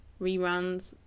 reruns